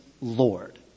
Lord